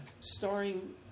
Starring